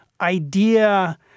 idea